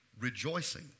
rejoicing